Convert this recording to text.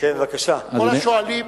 כל השואלים,